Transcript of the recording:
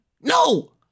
No